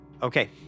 Okay